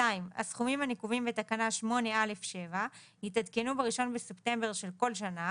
הסכומים הנקובים בתקנה 8א(7) יתעדכנו ב-1 בספטמבר של כל שנה,